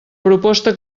proposta